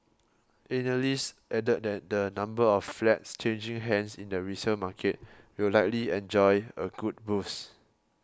analysts added that the number of flats changing hands in the resale market will likely enjoy a good boost